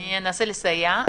אני אנסה לסייע.